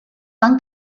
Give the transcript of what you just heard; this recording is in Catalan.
van